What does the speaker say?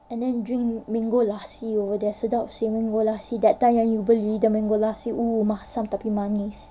and then drink with mango lassi over there sedap seh that time we drink with the mango lassi !woo! masam tapi manis